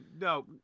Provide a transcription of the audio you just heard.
no